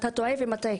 אז אתה טועה ומטעה״.